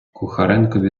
кухаренкові